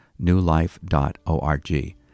newlife.org